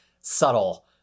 subtle